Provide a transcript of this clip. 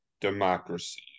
democracy